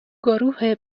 گروه